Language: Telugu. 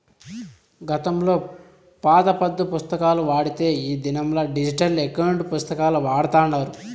గతంలో పాత పద్దు పుస్తకాలు వాడితే ఈ దినంలా డిజిటల్ ఎకౌంటు పుస్తకాలు వాడతాండారు